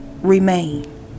remain